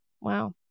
Wow